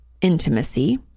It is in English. intimacy